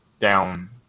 down